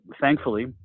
thankfully